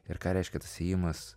ir ką reiškia tas ėjimas